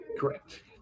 Correct